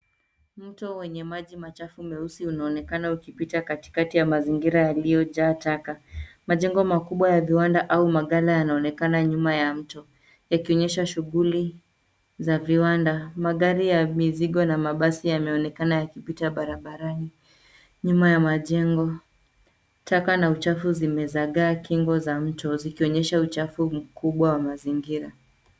Mto wenye maji machafu meusi unaonekana ukipita katikati ya mazingira yaliyojaa taka. Majengo makubwa ya viwanda yanaonekana nyuma ya mto yakionyesha shughuli za viwanda. Magari ya mizigo yanaonekana barabarani nyuma ya jengo. Taka zimezagaa kingo za mto zikionyesha uchafu wa mazingira